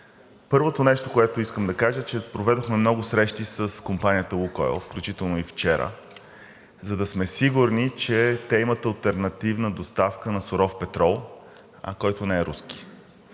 Първото нещо, което искам да кажа, е, че проведохме много срещи с компанията „Лукойл“, включително и вчера, за да сме сигурни, че те имат алтернативна доставка на суров петрол, който не е руски.